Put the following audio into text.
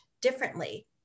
differently